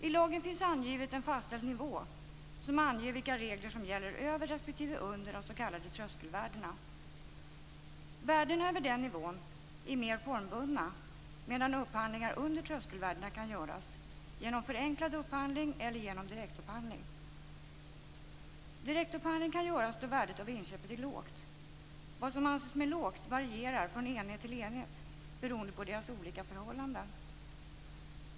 I lagen finns en fastställd nivå som anger vilka regler som gäller över respektive under de s.k. tröskelvärdena. Vid värden över den nivån är upphandlingar mer formbundna medan upphandlingar under tröskelvärdena kan göras genom förenklad upphandling eller genom direktupphandling. Direktupphandling kan göras då värdet av inköpet är lågt. Vad som anses med lågt varierar från enhet till enhet beroende på deras olika förhållanden.